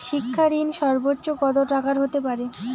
শিক্ষা ঋণ সর্বোচ্চ কত টাকার হতে পারে?